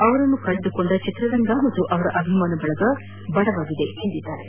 ಅವರನ್ನು ಕಳೆದುಕೊಂಡ ಚಿತ್ರರಂಗ ಮತ್ತು ಅವರ ಅಭಿಮಾನಗಳ ಬಳಗ ಬಡವಾಗಿದೆ ಎಂದಿದ್ದಾರೆ